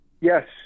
yes